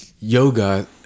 yoga